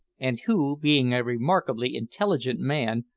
and who, being a remarkably intelligent man,